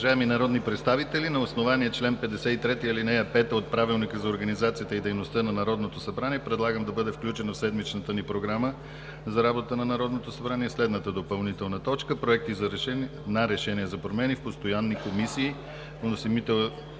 основание чл. 53, ал. 5 от Правилника за организацията и дейността на Народното събрание предлагам да бъде включена в седмичната ни Програма за работа на Народното събрание следната допълнителна точка – Проекти на решения за промени в постоянни комисии. Вносител е Красимир